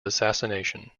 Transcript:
assassination